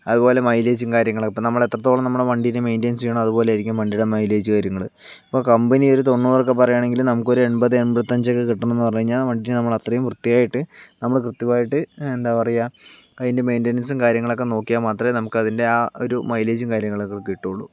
അതുപോലെ മൈലേജും കാര്യങ്ങളും ഇപ്പം നമ്മള് എത്രത്തോളം നമ്മടെ വണ്ടിനെ മെയിന്റനൻസ് ചെയ്യുന്നൊ അതുപോലെ ആയ്രിക്കും വണ്ടീടെ മൈലേജ് കാര്യങ്ങള് ഇപ്പൊ കമ്പനി ഒരു തൊണ്ണൂറ് പറയുവാണെങ്കില് നമുക്കൊരു എൺപത് എൺപത്തഞ്ച് ഒക്കെ കിട്ടണം എന്ന് പറഞ്ഞ് കഴിഞ്ഞാ വണ്ടി നമ്മളത്രയും വൃത്തി ആയിട്ട് നമ്മള് കൃത്യമായിട്ട് എന്താ പറയ അതിൻ്റെ മെയിന്റനൻസും കാര്യങ്ങളക്കെ നോക്കിയാ മാത്രമേ നമുക്ക് അതിൻ്റെ ആ ഒരു മൈലേജും കാര്യങ്ങളക്കെ കിട്ടൊള്ളു